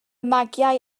magiau